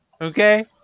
Okay